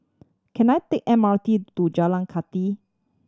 can I take M R T to Jalan Kathi